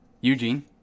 Eugene